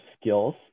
skills